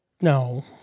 No